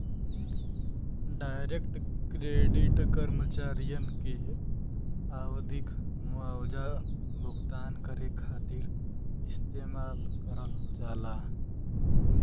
direct credit कर्मचारियन के आवधिक मुआवजा भुगतान करे खातिर इस्तेमाल करल जाला